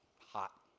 hot